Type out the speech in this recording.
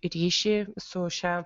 ryšį su šia